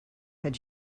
had